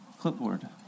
clipboard